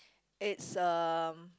it's um